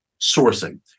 sourcing